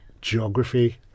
geography